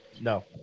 No